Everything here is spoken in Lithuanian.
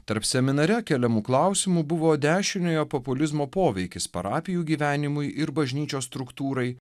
tarp seminare keliamų klausimų buvo dešiniojo populizmo poveikis parapijų gyvenimui ir bažnyčios struktūrai